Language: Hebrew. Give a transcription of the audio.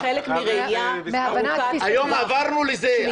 חלק מהראייה שמסתכלת קדימה ----- היום עברנו לזה,